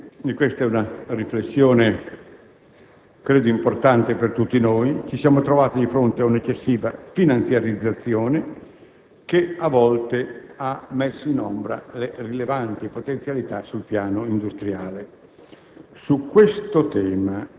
Indubbiamente - questa è una riflessione credo importante per tutti noi - ci siamo trovati di fronte ad un'eccessiva finanziarizzazione che, a volte, ha messo in ombra le rilevanti potenzialità sul piano industriale.